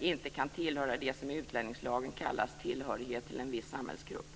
inte kan tillhöra det som i utlänningslagen kallas "tillhörighet till en viss samhällsgrupp".